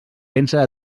pensa